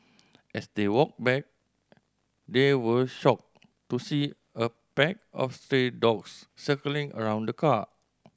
as they walked back they were shocked to see a pack of stray dogs circling around car